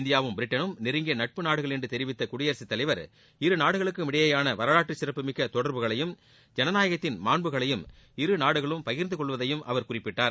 இந்தியாவும் பிரிட்டனும் நெருங்கிய நட்பு நாடுகள் என்று தெரிவித்த குடியரசுத்தலைவர் இருநாடுகளுக்கும் இடையேயான வரலாற்றுச்சிறப்புமிக்க தொடர்புகளையும் இரு நாடுகளும் பகிர்ந்துகொள்வதையும் அவர் குறிப்பிட்டார்